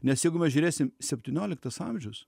nes jeigu mes žiurėsim septynioliktas amžius